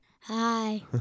Hi